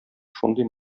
шундый